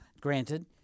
Granted